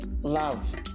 love